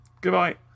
Goodbye